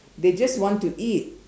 they just want to eat